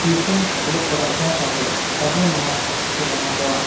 ᱚᱞᱚᱜᱼᱯᱟᱲᱦᱟᱜ ᱥᱟᱶᱼᱥᱟᱶᱛᱮ ᱟᱵᱚ ᱱᱚᱣᱟ ᱡᱮᱢᱚᱱ ᱟᱵᱚᱣᱟᱜ